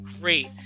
great